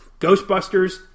Ghostbusters